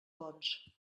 bons